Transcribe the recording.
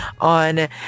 on